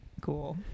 cool